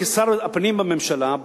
כשר הפנים בממשלה,